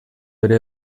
ere